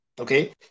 okay